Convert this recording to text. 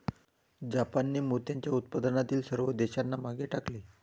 जापानने मोत्याच्या उत्पादनातील सर्व देशांना मागे टाकले